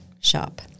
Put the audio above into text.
shop